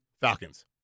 Falcons